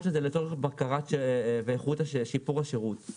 שזה לצורך בקרה ואיכות שיפור השירות.